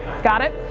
got it?